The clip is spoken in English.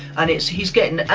and he's getting,